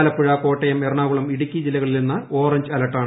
ആലപ്പുഴ കോട്ടയം എറണാകുളം ഇടുക്കി ജില്ലകളിൽ ഇന്ന് ഓറഞ്ച് അലർട്ടാണ്